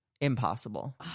impossible